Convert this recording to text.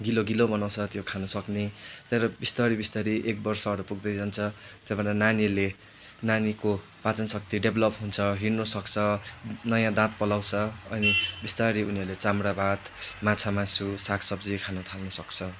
गिलो गिलो बनाउँछ त्यो खानु सक्ने तर बिस्तारी बिस्तारी एक वर्षहरू पुग्दै जान्छ त्यहाँबाट नानीहरूले नानीको पाचन शक्ति डेभलप हुन्छ हिँड्नु सक्छ नँया दात पलाउँछ अनि बिस्तारी उनिहरूले चाम्रो भात माछा मासु साग सब्जी खान थाल्नु सक्छ